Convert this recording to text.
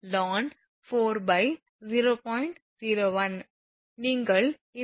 01 நீங்கள் இந்த V0 217